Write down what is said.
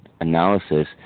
analysis